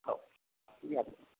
हो या तुम्ही